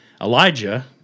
Elijah